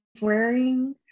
wearing